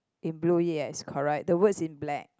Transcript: in blue yes correct the words in black